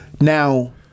Now